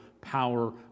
power